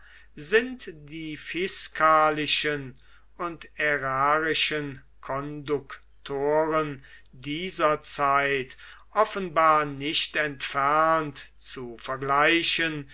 sind die fiskalischen und ärarischen konduktoren dieser zeit offenbar nicht entfernt zu vergleichen